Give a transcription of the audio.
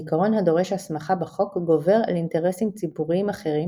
העיקרון הדורש הסמכה בחוק "גובר על אינטרסים ציבוריים אחרים,